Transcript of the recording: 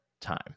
time